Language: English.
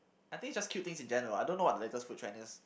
I think just cute things in general I don't know what the latest food trend is